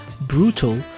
Brutal